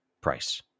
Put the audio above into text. price